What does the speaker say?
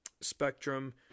spectrum